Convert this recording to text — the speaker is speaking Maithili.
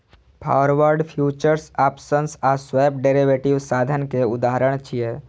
फॉरवर्ड, फ्यूचर्स, आप्शंस आ स्वैप डेरिवेटिव साधन के उदाहरण छियै